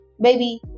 baby